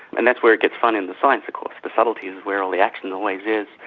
and that's where it gets fun in the science of course, the subtleties is where all the action always is.